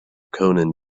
conan